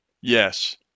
Yes